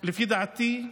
לפי לדעתי,